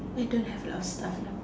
I don't have a lot of stuff now